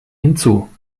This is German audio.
hinzu